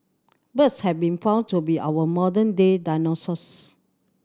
birds have been found to be our modern day dinosaurs